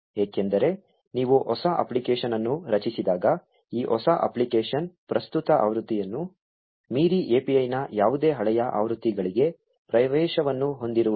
ಏಕೆಂದರೆ ನೀವು ಹೊಸ ಅಪ್ಲಿಕೇಶನ್ ಅನ್ನು ರಚಿಸಿದಾಗ ಈ ಹೊಸ ಅಪ್ಲಿಕೇಶನ್ ಪ್ರಸ್ತುತ ಆವೃತ್ತಿಯನ್ನು ಮೀರಿ API ನ ಯಾವುದೇ ಹಳೆಯ ಆವೃತ್ತಿಗಳಿಗೆ ಪ್ರವೇಶವನ್ನು ಹೊಂದಿರುವುದಿಲ್ಲ